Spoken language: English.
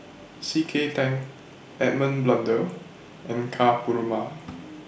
C K Tang Edmund Blundell and Ka Perumal